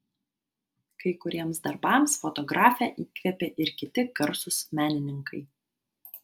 kai kuriems darbams fotografę įkvėpė ir kiti garsūs menininkai